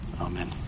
Amen